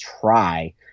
try